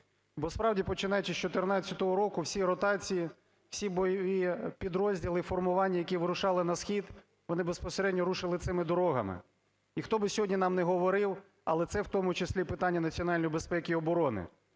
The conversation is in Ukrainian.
Бо справді, починаючи з 14-го року, всі ротації, всі бойові підрозділи, формування, які вирушали на схід, вони безпосередньо рухались цими дорогами. І хто б сьогодні нам не говорив, але це в тому числі питання національної безпеки і оборони.